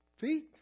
feet